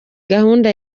gahunda